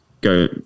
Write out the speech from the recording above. go